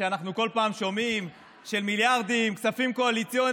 אנחנו כל פעם שומעים שמיליארדים של כספים קואליציוניים,